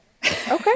Okay